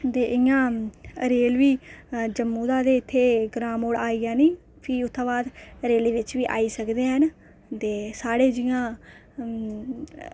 दे इ'यां रेल बी जम्मू दा ते इत्थै ग्रां मोड़ आई गै जानी फ्ही उत्थूं बाद रेल बिच्च बी आई सकदे हैन ते साढ़े जि'यां